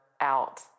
out